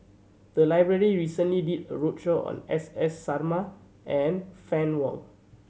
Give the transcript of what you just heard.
the library recently did a roadshow on S S Sarma and Fann Wong